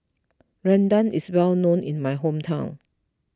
Rendang is well known in my hometown